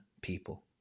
people